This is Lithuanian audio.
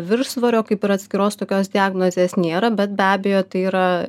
viršsvorio kaip ir atskiros tokios diagnozės nėra bet be abejo tai yra